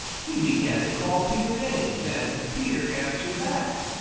he began to call peter names, and peter answered back.